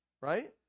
right